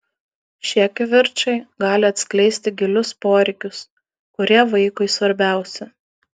šie kivirčai gali atskleisti gilius poreikius kurie vaikui svarbiausi